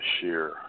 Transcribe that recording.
share